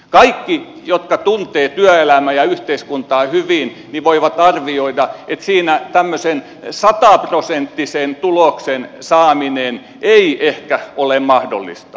kaikki jotka tuntevat työelämää ja yhteiskuntaa hyvin voivat arvioida että siinä tämmöisen sataprosenttisen tuloksen saaminen ei ehkä ole mahdollista